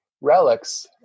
relics